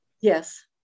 Yes